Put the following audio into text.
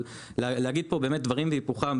להגיד פה דברים והיפוכם,